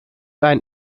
ein